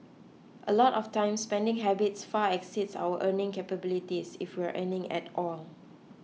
a lot of times spending habits far exceeds our earning capabilities if we're earning at all